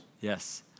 Yes